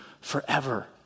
forever